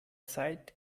zeit